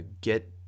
get